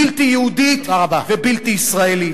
בלתי יהודית ובלתי ישראלית.